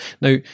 Now